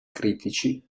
critici